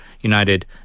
United